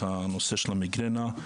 הנושא של המיגרנה,